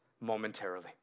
momentarily